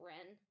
Ren